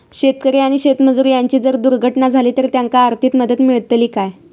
शेतकरी आणि शेतमजूर यांची जर दुर्घटना झाली तर त्यांका आर्थिक मदत मिळतली काय?